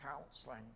counseling